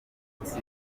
munsi